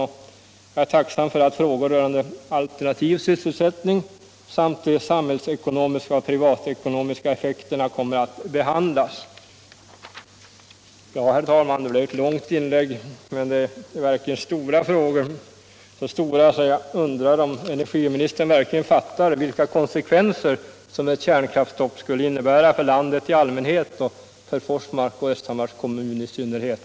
Jag är tacksam för att frågor rörande alternativ sysselsättning samt de samhällsekonomiska och de privatekonomiska effekterna kommer att behandlas. Herr talman! Det blev ett långt inlägg. Men det är verkligt stora problem — Så stora att jag undrar om energiministern verkligen fattar vilka konsekvenser ett kärnkraftsstopp skulle innebära för landet i allmänhet samt för Forsmark och Östhammars kommun i synnerhet.